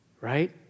right